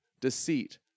deceit